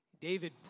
David